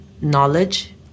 knowledge